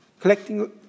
collecting